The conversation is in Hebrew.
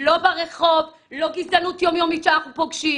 גזע, נטייה מינית וכו',